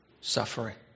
suffering